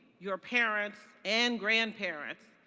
your parents and grandparents,